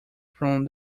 from